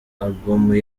album